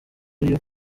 rio